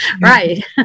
right